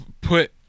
put –